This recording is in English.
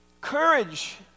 Courage